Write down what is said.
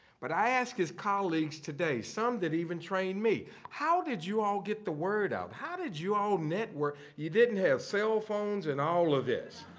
but i asked his colleagues today, some that even trained me, how did you all get the word out? how did you all network? you didn't have cellphones and all of this.